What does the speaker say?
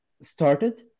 started